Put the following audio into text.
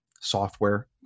software